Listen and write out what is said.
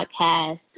podcast